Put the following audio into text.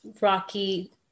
rocky